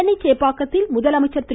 சென்னை சேப்பாக்கத்தில் முதலமைச்சர் திரு